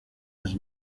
his